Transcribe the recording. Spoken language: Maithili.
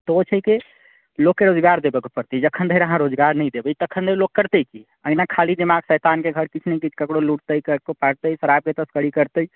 तऽ ओ छै कि लोककेँ रोजगार देबऽ पड़तै जखन धरि रोजगार नहि देबै तखन धरि लोग करतै की एहिना खाली दिमाग शैतानके घर किछु ने किछु ककरो लुटतै ककरो काटतै शराबके तस्करी करतै